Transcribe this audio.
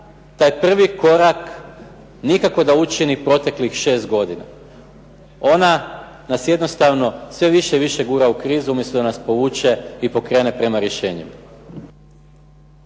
Vlada prvi korak nikako da učini proteklih 6 godina, ona nas jednostavno sve više i više gura u krizu umjesto da nas povuče i pokrene prema rješenjima.